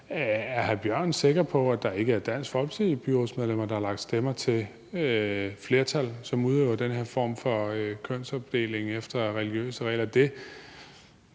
Bjørn er sikker på, at der ikke er Dansk Folkeparti-byrådsmedlemmer, der har lagt stemmer til flertal, som udøver den her form for kønsopdeling efter religiøse regler.